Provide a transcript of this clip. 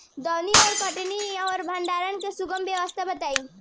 दौनी और कटनी और भंडारण के सुगम व्यवस्था बताई?